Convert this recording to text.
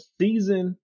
season